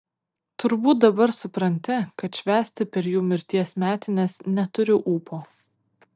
turbūt dabar supranti kad švęsti per jų mirties metines neturiu ūpo